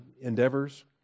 endeavors